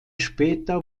später